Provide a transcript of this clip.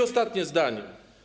Ostatnie zdanie.